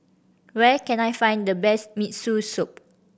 where can I find the best Miso Soup